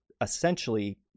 essentially